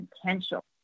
potential